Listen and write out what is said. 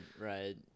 right